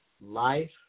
Life